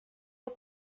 heu